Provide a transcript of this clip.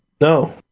No